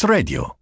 Radio